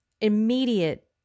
immediate